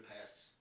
past